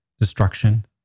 destruction